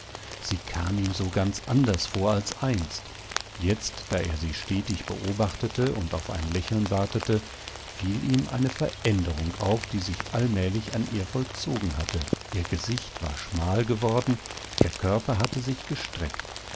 sie kam ihm so ganz anders vor als einst jetzt da er sie stetig beobachtete und auf ein lächeln wartete fiel ihm eine veränderung auf die sich allmählich an ihr vollzogen hatte ihr gesicht war schmal geworden ihr körper hatte sich gestreckt